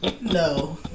No